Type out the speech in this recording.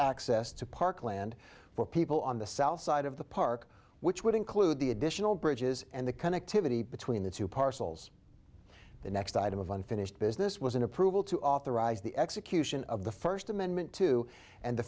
access to parkland for people on the south side of the park which would include the additional bridges and the connectivity between the two parcels the next item of unfinished business was an approval to authorize the execution of the first amendment to and the